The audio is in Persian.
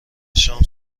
شام